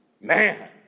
Man